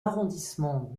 arrondissements